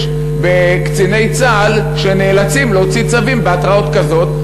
בקציני צה"ל שנאלצים להוציא צווים בהתראה כזאת,